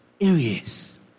areas